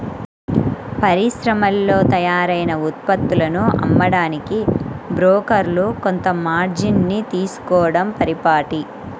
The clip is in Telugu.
పరిశ్రమల్లో తయారైన ఉత్పత్తులను అమ్మడానికి బ్రోకర్లు కొంత మార్జిన్ ని తీసుకోడం పరిపాటి